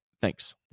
Thanks